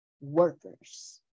workers